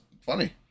funny